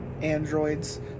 androids